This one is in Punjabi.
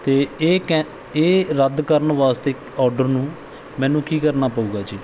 ਅਤੇ ਇਹ ਕੈਂ ਇਹ ਰੱਦ ਕਰਨ ਵਾਸਤੇ ਔਡਰ ਨੂੰ ਮੈਨੂੰ ਕੀ ਕਰਨਾ ਪਊਗਾ ਜੀ